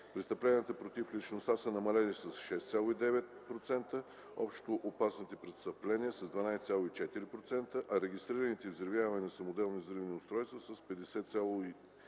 Престъпленията против личността са намалели с 6,9%, общоопасните престъпления с 12,4%, а регистрираните взривявания на самоделни взривни устройства – с 51,4%,